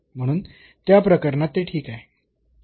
म्हणून त्या प्रकरणात ते ठीक आहे